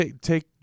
take